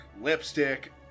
lipstick